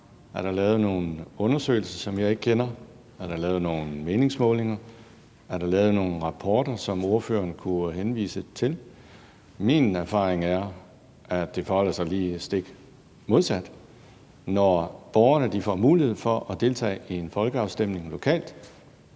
Er der lavet nogen undersøgelser, som jeg ikke kender? Er der lavet nogen meningsmålinger? Er der lavet nogen rapporter, som ordføreren kunne henvise til? Min erfaring er, at det forholder sig lige stik modsat: Når borgerne får mulighed for at deltage i en folkeafstemning lokalt,